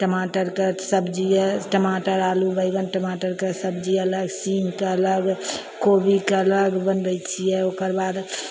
टमाटरके सब्जिये टमाटर आलू बैंगन टमाटरके सब्जी अलग सीमके अलग कोबीके अलग बनबय छियै ओकर बाद